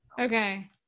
Okay